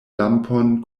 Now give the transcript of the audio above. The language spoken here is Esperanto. lampon